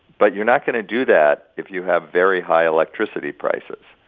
but you're not going to do that if you have very high electricity prices.